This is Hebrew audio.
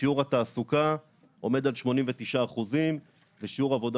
שיעור התעסוקה עומד על 89% ושיעור עבודה